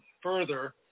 further